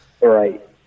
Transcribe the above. Right